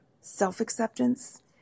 self-acceptance